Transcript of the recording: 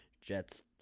Jets